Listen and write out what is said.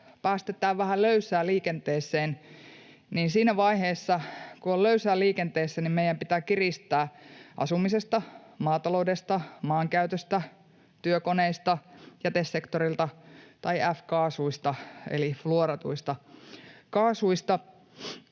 päästetään vähän löysää liikenteeseen, niin siinä vaiheessa, kun on löysää liikenteessä, meidän pitää kiristää asumisesta, maataloudesta, maankäytöstä, työkoneista, jätesektorilta tai F-kaasuista eli fluoratuista kaasuista.